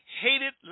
hated